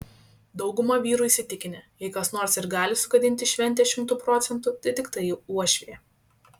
dauguma vyrų įsitikinę jei kas nors ir gali sugadinti šventę šimtu procentų tai tiktai uošvė